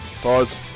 Pause